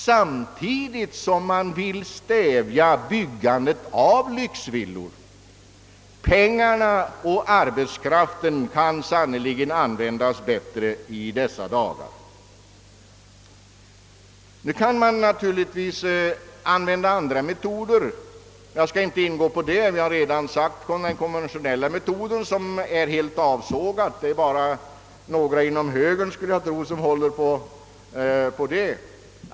Samtidigt vill man stävja byggandet av lyxvillor — pengarna och arbetskraften kan sannerligen användas bättre i dessa dagar. Nu kan naturligtvis även andra metoder användas — jag skall inte gå in på dem. Jag har redan sagt att den konventionella metoden är helt förkastad. Det är bara några inom högern, skulle jag tro, som håller på den.